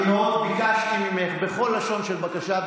אני מאוד ביקשתי ממך, בכל לשון של בקשה.